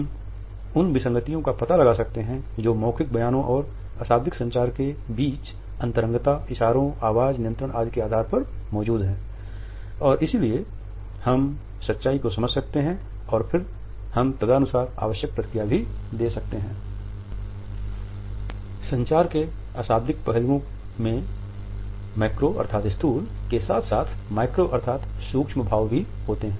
हम उन विसंगतियों का पता लगा सकते हैं जो मौखिक बयानों और अशाब्दिक संचार के बीच अंतरंगता इशारों आवाज नियंत्रण इत्यादि के आधार पर मौजूद संचार के अशाब्दिक पहलुओं में मैक्रो अर्थात स्थूल के साथ साथ माइक्रो अर्थात सूक्ष्म भाव भी होते हैं